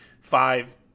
five